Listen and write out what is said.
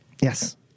Yes